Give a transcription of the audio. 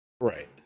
right